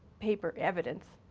paper evidence.